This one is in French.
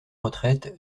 retraite